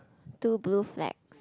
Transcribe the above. two blue flag